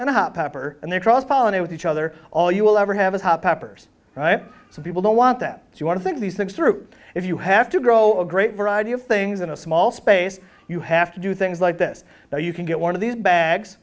a hot pepper and they're cross pollinate with each other all you will ever have is hot peppers right so people don't want that if you want to think these things through if you have to grow a great variety of things in a small space you have to do things like this now you can get one of these bags